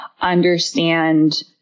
understand